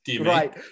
Right